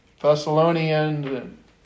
Thessalonians